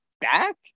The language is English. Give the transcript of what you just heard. back